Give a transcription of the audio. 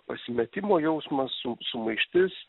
pasimetimo jausmas su sumaištis